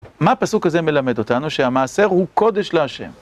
מה הפסוק הזה מלמד אותנו? שהמעשר הוא קודש להשם.